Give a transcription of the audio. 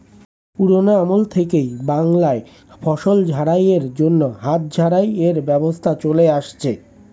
পুরোনো আমল থেকেই বাংলায় ফসল ঝাড়াই এর জন্য হাত ঝাড়াই এর ব্যবস্থা চলে আসছে